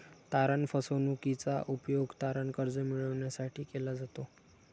तारण फसवणूकीचा उपयोग तारण कर्ज मिळविण्यासाठी केला जातो